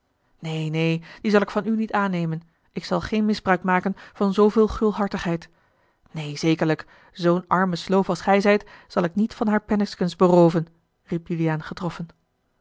neen neen die zal ik van u niet aannemen ik zal geen misbruik maken van zooveel gulhartigheid neen zekerlijk z'u arme sloof als gij zijt zal ik niet van haar penninksken berooven riep juliaan getroffen